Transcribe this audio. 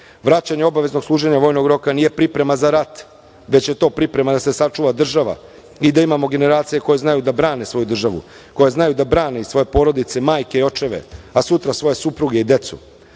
Vraćanje obaveznog služenja vojnog roka nije priprema za rat, već je to priprema da se sačuva država i da imamo generacije koje znaju da brane svoju državu, koje znaju da brane i svoje porodice, majke i očeve, a sutra svoje supruge i decu. Treba